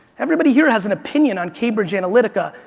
everybody here has an opinion on cambridge analytica,